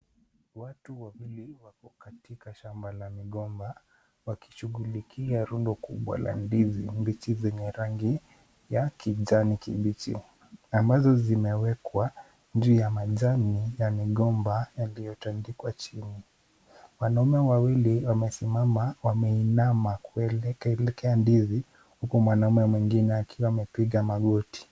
Watu wawili wako katika shamba la migomba, wakishughulikia rundo kubwa la ndizi mbichi zenye rangi ya kijani kibichi, ambazo zimewekwa juu ya majani ya migomba yaliyotandikwa chini. Wanaume wawili wameinama kuelekea ndizi, huku mwanaume mwingine akiwa amepiga magoti.